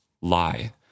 lie